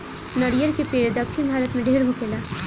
नरियर के पेड़ दक्षिण भारत में ढेर होखेला